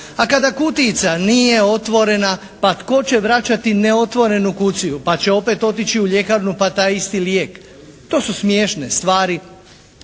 a kada kutijica nije otvorena, pa tko će vraćati neotvorenu kutiju, pa će opet otići u ljekarnu pa taj isti lijek. To su smiješne stvari